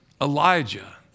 Elijah